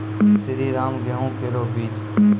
श्रीराम गेहूँ केरो बीज?